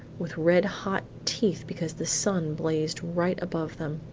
with red-hot teeth, because the sun blazed right above them,